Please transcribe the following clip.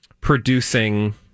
producing